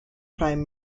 prime